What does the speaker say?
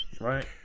right